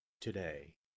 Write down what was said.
today